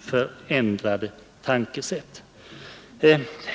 förändrade tankesätt.